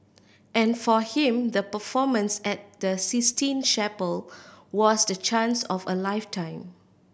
and for him the performance at the Sistine Chapel was the chance of a lifetime